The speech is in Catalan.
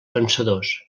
pensadors